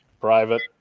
Private